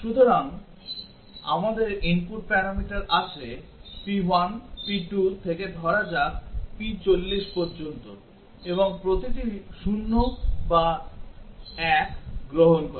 সুতরাং আমাদের input parameter আছে p1 p2 থেকে ধরা যাক p40 পর্যন্ত এবং প্রতিটি 0 বা 1 গ্রহণ করে